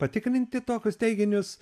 patikrinti tokius teiginius